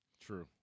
True